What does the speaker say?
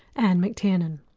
anne mctiernan.